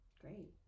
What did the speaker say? Great